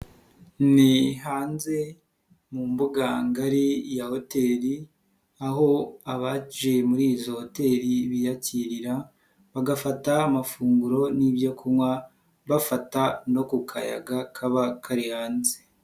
Ni hanze mu mbuga ngari ya hoteli, aho abaje muri izo hoteli biyakirarira bagafata amafunguro n'ibyo kunywa bafata no ku kayaga kaba kari hanze.